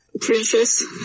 Princess